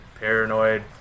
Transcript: paranoid